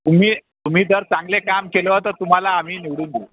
तुम्ही तुम्ही जर चांगले काम केलं तर तुम्हाला आम्ही निवडून देऊ